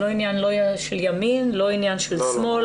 זה לא עניין של ימין ולא עניין של שמאל,